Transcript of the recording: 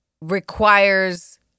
requires